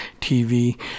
TV